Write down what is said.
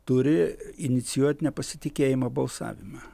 turi inicijuot nepasitikėjimo balsavimą